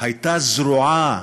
הייתה זרועה,